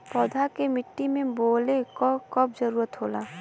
पौधा के मिट्टी में बोवले क कब जरूरत होला